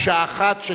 מקשה אחת,